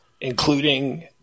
including